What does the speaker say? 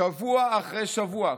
ושבוע אחרי שבוע,